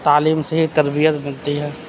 تعلیم سے ہی تربیت ملتی ہے